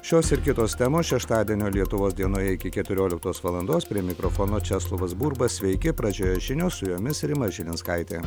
šios ir kitos temos šeštadienio lietuvos dienoje iki keturioliktos valandos prie mikrofono česlovas burba sveiki pradžioje žinios su jomis rima žilinskaitė